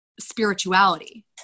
spirituality